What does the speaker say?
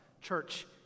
church